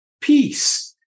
peace